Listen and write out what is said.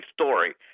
story